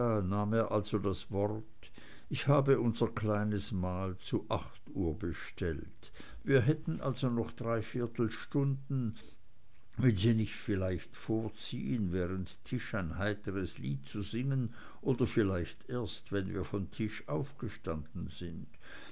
das wort ich habe unser kleines mahl zu acht uhr bestellt wir hätten also noch dreiviertel stunden wenn sie nicht vielleicht vorziehen während tisch ein heitres lied zu singen oder vielleicht erst wenn wir von tisch aufgestanden sind